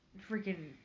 freaking